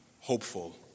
hopeful